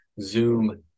Zoom